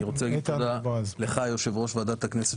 אני רוצה לומר תודה יושב ראש ועדת הכנסת